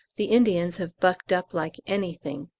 the indians have bucked up like anything.